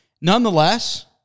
nonetheless